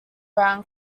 brown